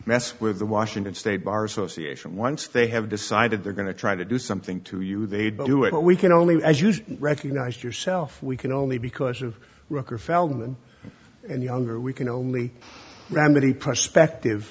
mess with the washington state bar association once they have decided they're going to try to do something to you they'd do it but we can only recognize yourself we can only because of record feldman and younger we can only remedy prospective